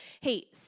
Hey